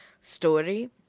story